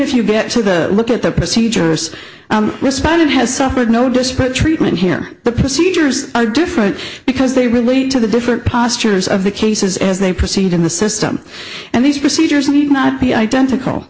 if you get to the look at the procedures respondent has suffered no descriptor treatment here the procedures are different because they relate to the different postures of the cases as they proceed in the system and these procedures will not be identical